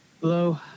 Hello